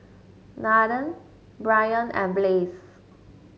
Nathen Brynn and Blaze